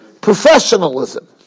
professionalism